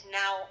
now